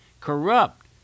corrupt